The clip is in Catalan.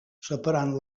separant